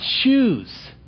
choose